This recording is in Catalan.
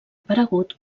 aparegut